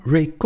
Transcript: Ray